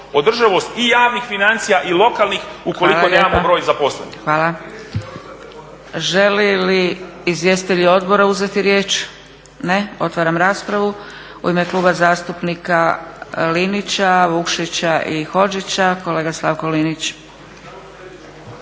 održivost i javnih financija i lokalnih ukoliko nemamo broj zaposlenih. **Zgrebec, Dragica (SDP)** Hvala lijepa. Žele li izvjestitelji odbora uzeti riječ? Ne. Otvaram raspravu. U ime Kluba zastupnika Linića, Vukšića i Hodžića kolega Slavko Linić.